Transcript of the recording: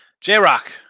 J-Rock